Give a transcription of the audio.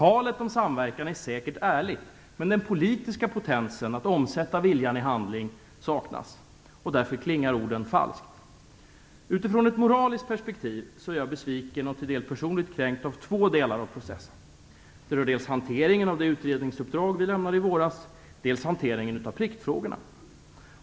Talet om samverkan är säkert ärligt, men den politiska potensen att omsätta viljan i handling saknas. Därför klingar orden falskt. Utifrån ett moraliskt perspektiv är jag besviken och i viss mån kränkt av två delar av processen. Det rör dels hanteringen av det utredningsuppdrag som vi lämnade i våras, dels hanteringen av pliktfrågorna.